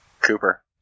Cooper